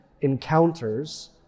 encounters